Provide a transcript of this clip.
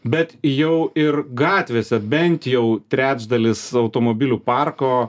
bet jau ir gatvėse bent jau trečdalis automobilių parko